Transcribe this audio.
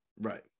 right